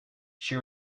she